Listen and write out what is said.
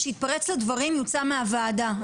מי שיתפרץ לדברים יוצא מהוועדה.